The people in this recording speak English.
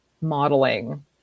modeling